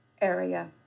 area